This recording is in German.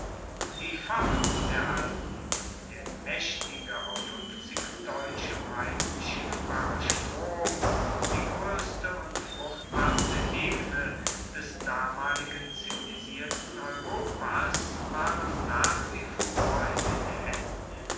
die pforten der alpen der maechtige auf fuenfzig deutsche meilen schiffbare strom die groesste und fruchtbarste ebene des damaligen zivilisierten europas waren nach wie vor in den haenden